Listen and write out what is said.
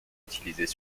utilisés